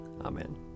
Amen